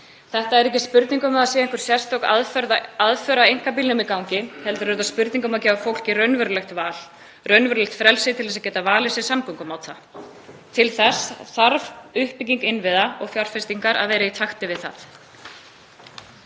Þetta er ekki spurning um að það sé einhver sérstök aðför að einkabílnum í gangi heldur er þetta spurning um að gefa fólki raunverulegt val, raunverulegt frelsi til að geta valið sér samgöngumáta. Þá þarf uppbygging innviða og fjárfestingar að vera í takti við það.